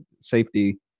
safety